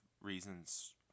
reasons